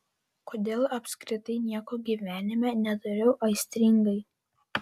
kodėl apskritai nieko gyvenime nedariau aistringai